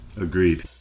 Agreed